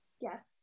Yes